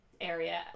area